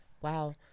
Wow